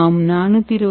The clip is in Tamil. நாம் 420 என்